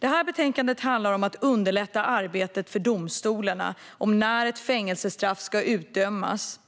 Det här betänkandet handlar om att underlätta arbetet för domstolarna om när ett fängelsestraff ska utdömas